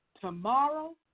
tomorrow